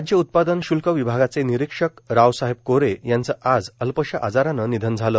राज्य उत्पादन श्ल्क विभागाचे निरीक्षक रावसाहेब कोरे यांच आज अल्पशा आजाराने निधन झाले